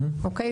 אוקיי?